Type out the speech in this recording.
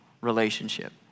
relationship